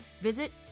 Visit